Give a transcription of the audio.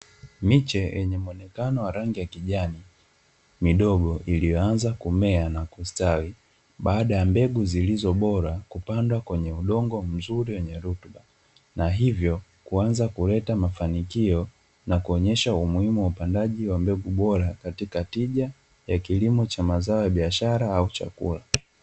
Miche yenye muonekano wa rangi ya kijani, midogo, iliyoanza kumea na kustawi baada ya mbegu zilizo bora kupandwa kwenye udongo mzuri wenye rutuba na hivyo kuanza kuleta mafanikio na kuonyesha umuhimu wa upandaji wa mbegu bora katika tija ya kilimo cha mazao ya biashara au chakula.